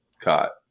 caught